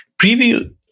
Preview